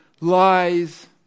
lies